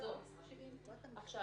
הרזולוציות --- אודיה,